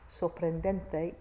sorprendente